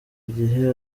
gihe